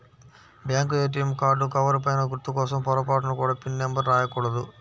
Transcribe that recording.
bank ATM card cover పైన గుర్తు కోసం పొరపాటున కూడా పిన్ నెంబర్ రాయకూడదు